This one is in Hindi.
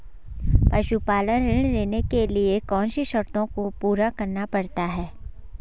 पशुपालन ऋण लेने के लिए कौन सी शर्तों को पूरा करना पड़ता है?